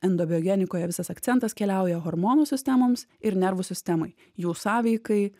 endobiogenikoje visas akcentas keliauja hormonų sistemoms ir nervų sistemai jų sąveikai